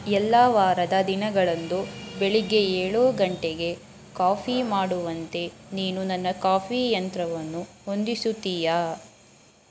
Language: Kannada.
ಎಲ್ಲ ವಾರದ ದಿನಗಳಂದು ಬೆಳಗ್ಗೆ ಏಳು ಗಂಟೆಗೆ ಕಾಫಿ ಮಾಡುವಂತೆ ನೀನು ನನ್ನ ಕಾಫಿ ಯಂತ್ರವನ್ನು ಹೊಂದಿಸುತ್ತೀಯಾ